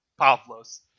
pavlos